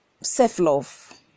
self-love